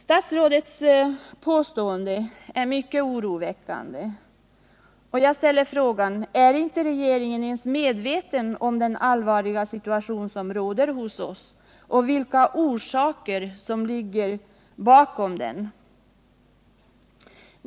Statsrådets påstående är mycket oroväckande, och jag frågar: Är inte regeringen medveten om den allvarliga situationen hos oss och om orsakerna till den?